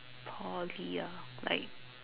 Poly ah like